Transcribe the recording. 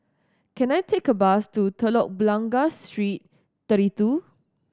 can I take a bus to Telok Blangah Street Thirty Two